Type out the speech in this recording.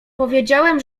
powiedziałem